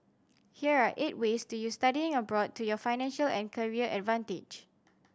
here are eight ways to use studying abroad to your financial and career advantage